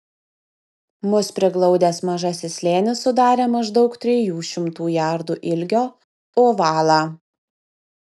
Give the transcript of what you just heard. mus priglaudęs mažasis slėnis sudarė maždaug trijų šimtų jardų ilgio ovalą